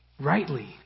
rightly